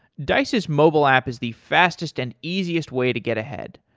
dice's mobile app is the fastest and easiest way to get ahead.